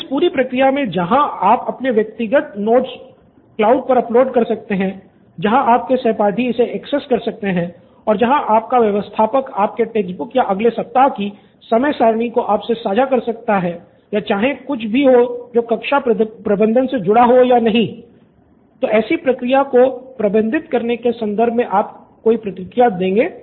तो इस पूरी प्रक्रिया में जहां आप अपने व्यक्तिगत नोट क्लाउड पर अपलोड कर सकते हैं जहां आपके सहपाठी इसे एक्सेस कर सकते हैं और जहां आपका व्यवस्थापक आपसे टेक्स्ट बुक्स या अगले सप्ताह की समय सारिणी को आपसे साझा कर सकता है या चाहे कुछ भी जो कक्षा प्रबंधन से जुड़ा हो या नहीं तो ऐसी प्रक्रिया को प्रबंधित करने के संदर्भ में आप कोई प्रतिक्रिया देंगे